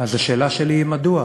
אז השאלה שלי היא מדוע.